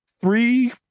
three